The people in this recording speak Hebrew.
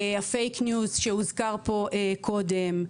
הפייק ניוז שהוזכר פה קודם.